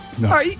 No